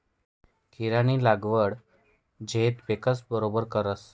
खीरानी लागवड झैद पिकस बरोबर करतस